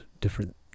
different